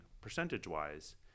percentage-wise